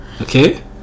Okay